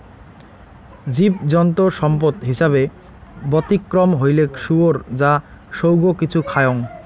জীবজন্তু সম্পদ হিছাবে ব্যতিক্রম হইলেক শুয়োর যা সৌগ কিছু খায়ং